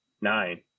Nine